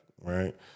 right